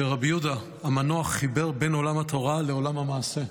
שרבי יהודה המנוח חיבר בין עולם התורה לעולם המעשה.